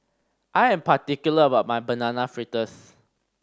I am particular about my Banana Fritters